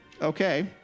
Okay